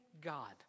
God